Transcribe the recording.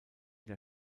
der